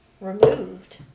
Removed